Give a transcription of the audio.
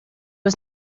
was